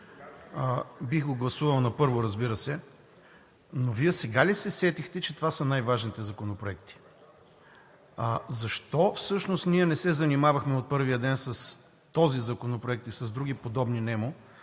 Бих го гласувал на първо, разбира се. Но Вие сега ли се сетихте, че това са най-важните законопроекти? Защо всъщност ние не се занимавахме от първия ден с този законопроект и с другите подобни нему,